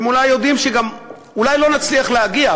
הם אולי יודעים שגם אולי לא נצליח להגיע,